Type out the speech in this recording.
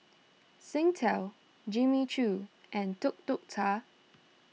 Singtel Jimmy Choo and Tuk Tuk Cha